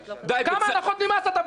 כמה הנחות ממס אתה מקבל?